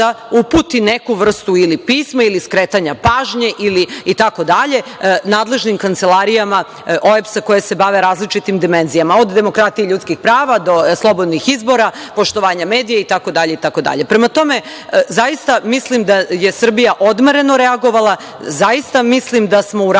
uputi neku vrstu ili pisma ili skretanja pažnje i tako dalje nadležnim kancelarijama OEBS, koje se bave različitim dimenzijama, od demokratije ljudskih prava, do slobodnih izbora, poštovanja medija i tako dalje. Prema tome, zaista mislim da je Srbija odmereno reagovala, zaista mislim da smo uradili i